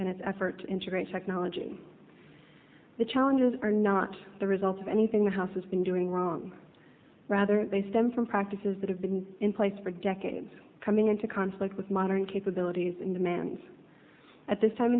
its effort to integrate technology the challenges are not the result of anything the house has been doing wrong rather they stem from practices that have been in place for decades coming into conflict with modern capabilities in the man's at this time